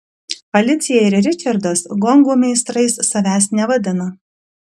alicija ir ričardas gongo meistrais savęs nevadina